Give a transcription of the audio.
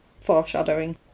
foreshadowing